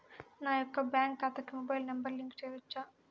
నా యొక్క బ్యాంక్ ఖాతాకి మొబైల్ నంబర్ లింక్ చేయవచ్చా?